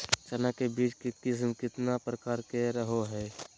चना के बीज के किस्म कितना प्रकार के रहो हय?